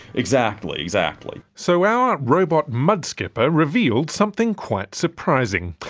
exactly, exactly. so our robot mudskipper revealed something quite surprising.